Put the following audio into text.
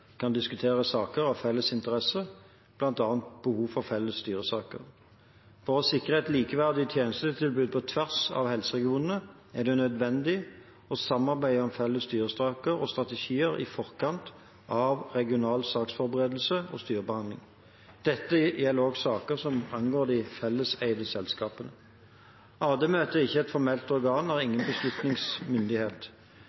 kan diskutere saker av felles interesse, bl.a. behov for felles styresaker. For å sikre et likeverdig tjenestetilbud på tvers av helseregionene er det nødvendig å samarbeide om felles styresaker og strategier i forkant av regional saksforberedelse og styrebehandling. Dette gjelder også saker som angår de felleseide selskapene. AD-møtet er ikke et formelt organ og har